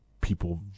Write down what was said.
people